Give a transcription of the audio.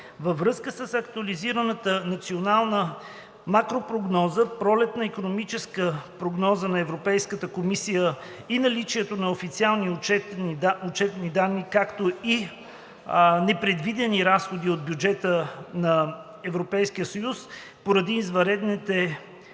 Във връзка с актуализираната национална макропрогноза, пролетната икономическа прогноза на Европейската комисия и наличието на официални отчетни данни, както и с непредвидени разходи от бюджета на ЕС поради извънредните развития